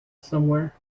somewhere